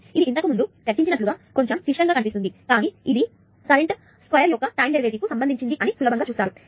ఇది ఇంతకుముందు చర్చించినట్లుగా కొంచెం క్లిష్టంగా కనిపిస్తుంది కానీ ఇది కరెంటు స్క్వేర్ యొక్క టైం డెరివేటివ్ కు సంబంధించినది అని సులభంగా చూస్తారు ఎందుకంటే d dt 2IdIdt